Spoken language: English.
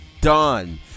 Done